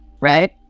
right